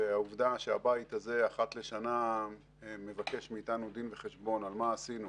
והעובדה שהבית הזה מבקש מאיתנו דין וחשבון אחת לשנה על מה שעשינו